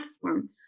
platform